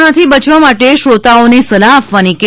કોરોનાથી બચવા માટે શ્રોતાઓને સલાહ આપવાની કે